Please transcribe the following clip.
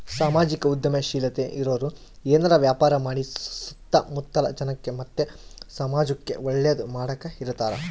ಸಾಮಾಜಿಕ ಉದ್ಯಮಶೀಲತೆ ಇರೋರು ಏನಾರ ವ್ಯಾಪಾರ ಮಾಡಿ ಸುತ್ತ ಮುತ್ತಲ ಜನಕ್ಕ ಮತ್ತೆ ಸಮಾಜುಕ್ಕೆ ಒಳ್ಳೇದು ಮಾಡಕ ಇರತಾರ